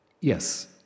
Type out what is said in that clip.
Yes